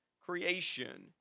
creation